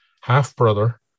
half-brother